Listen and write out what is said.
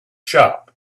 shop